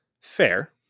Fair